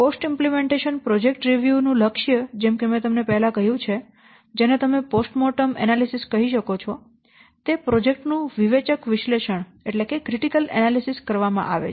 post અમલીકરણ project સમીક્ષાઓ નું લક્ષ્ય જેમ કે મેં પહેલે કહ્યું જેને તમે પોસ્ટ મોર્ટમ વિશ્લેષણ કહી શકો છો તે પ્રોજેક્ટ નું વિવેચક વિશ્લેષણ કરવામાં આવે છે